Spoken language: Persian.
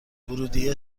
ورودیه